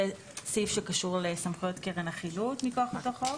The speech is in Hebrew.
זה סעיף שקשור לסמכויות קרן החילוט מכוח אותו חוק.